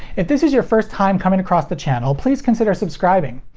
if this is your first time coming across the channel, please consider subscribing.